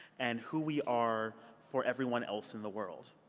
and who we are for everyone else in the world.